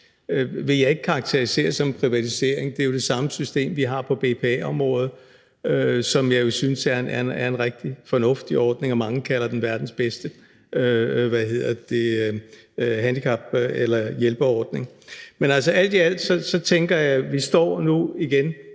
vil jeg ikke karakterisere som privatisering. Det er jo det samme system, vi har på BPA-området, som jeg jo synes er en rigtig fornuftig ordning, og mange kalder den verdens bedste hjælpeordning. Men alt i alt tænker jeg, at vi nu igen